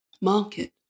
market